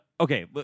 Okay